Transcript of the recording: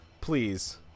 Please